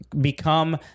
become